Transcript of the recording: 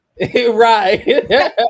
Right